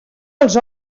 els